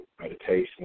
meditation